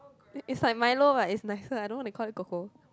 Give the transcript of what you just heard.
it's like milo but it's nicer I don't want to call it cocoa